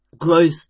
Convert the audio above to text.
Growth